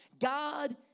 God